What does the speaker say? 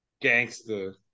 Gangster